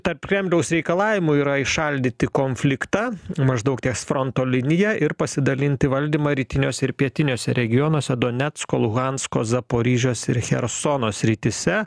tarp kremliaus reikalavimų yra įšaldyti konfliktą maždaug ties fronto linija ir pasidalinti valdymą rytiniuose ir pietiniuose regionuose donecko luhansko zaporižios ir chersono srityse